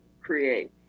create